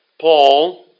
Paul